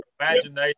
imagination